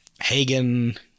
Hagen